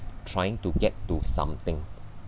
trying to get to something